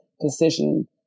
decision